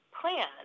plan